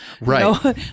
Right